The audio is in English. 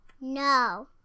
No